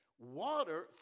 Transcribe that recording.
Water